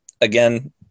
again